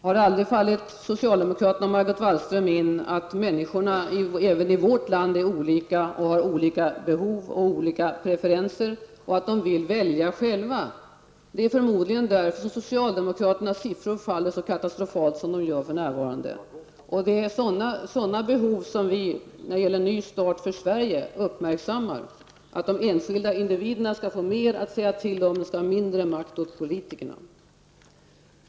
Har det aldrig fallit socialdemokraterna och Margot Wallström in att människorna även i vårt land är olika och har olika behov och olika preferenser och att de vill välja själva. Det är förmodligen därför som socialdemokraternas siffror faller så katastrofalt som de gör för närvarande. Det är sådana behov när det gäller en ny start för Sverige som vi uppmärksammar, dvs. att de enskilda individerna skall få mer att säga till om och att det skall vara mindre makt åt politikerna.